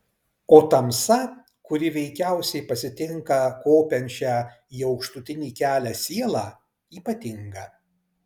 o tamsa kuri veikiausiai pasitinka kopiančią į aukštutinį kelią sielą ypatinga